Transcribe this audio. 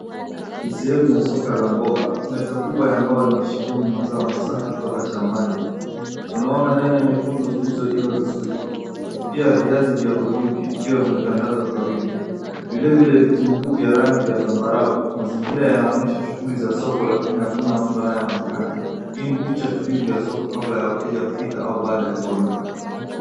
Ni sehemu ya soko la mboga. Meza kubwa ambayo imesheni mazao masafi kutoka shambani. Tunaona nyanya nyekundu zilizoiva vizuri, pia viazi vya hudhurungi vikiwa vimetandazwa kwa wingi. Vilevile vitunguu vya rangi vya zambarau. Mazingira yanaonyesha shughuli za soko lakini hakuna mtu anayeonekena. Hii ni picha tulivu ya somo kabla ya wateja kufika au baada ya kuondoka.